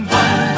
one